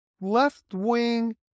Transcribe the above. left-wing